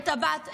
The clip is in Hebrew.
את הבת,